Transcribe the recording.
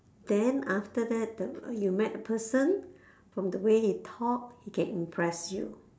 then after that you met the person from the way he talks he can impress you